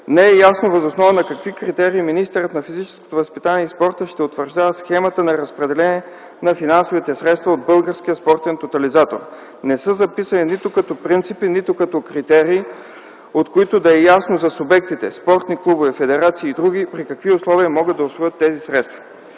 Не е ясно въз основа на какви критерии министърът на физическото възпитание и спорта ще утвърждава схемата на разпределение на финансовите средства от Българския спортен тотализатор - не са записани нито като принципи, нито като критерии, от които да е ясно за субектите (спортни клубове, федерации и други) при какви условия могат да усвоят тези средства.